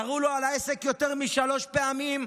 ירו לו על העסק יותר משלוש פעמים,